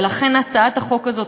ולכן הצעת החוק הזאת,